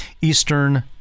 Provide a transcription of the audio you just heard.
Eastern